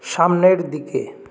সামনের দিকে